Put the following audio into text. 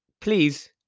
please